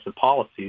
policies